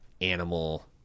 Animal